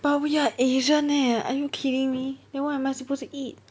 but we are asian eh are you kidding me then what am I supposed to eat